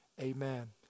Amen